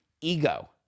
Ego